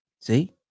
See